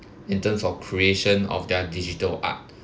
in terms of creation of their digital art